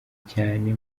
cyane